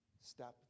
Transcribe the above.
Step